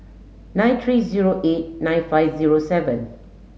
three nine zero eight nine five zero seven